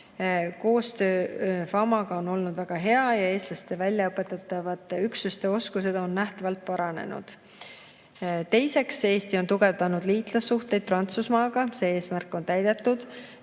Koostöö FAMa‑ga on olnud väga hea ja eestlaste väljaõpetatavate üksuste oskused on nähtavalt paranenud. Teiseks, Eesti on tugevdanud liitlassuhteid Prantsusmaaga, see eesmärk on täidetud.